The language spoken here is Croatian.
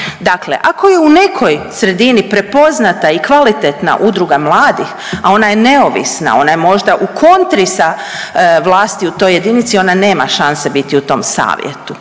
Dakle, ako je u nekoj sredini prepoznata i kvalitetna udruga mladih, a onda je neovisna, ona je možda u kontri sa vlasti u toj jedinici ona nema šanse biti u tom savjetu,